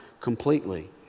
completely